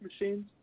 machines